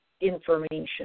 information